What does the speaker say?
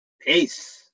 Peace